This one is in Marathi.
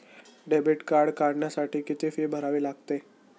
डेबिट कार्ड काढण्यासाठी किती फी भरावी लागते?